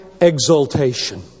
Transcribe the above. exaltation